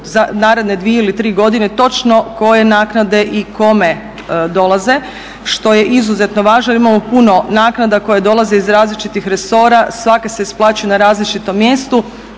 u naredne dvije ili tri godine točno koje naknade i kome dolaze što je izuzetno važno jer imamo puno naknada koje dolaze iz različitih resora. Svaka se isplaćuje na različitom mjestu